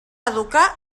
educar